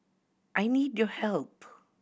I need your help